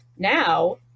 Now